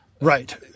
Right